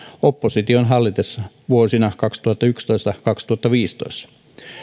opposition hallitessa vuosina kaksituhattayksitoista viiva kaksituhattaviisitoista